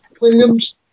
Williams